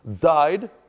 died